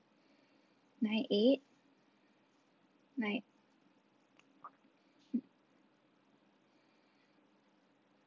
nine eight nine mm